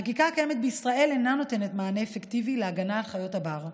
החקיקה הקיימת בישראל אינה נותנת מענה אפקטיבי לשם הגנה על חיות הבר,